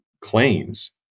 claims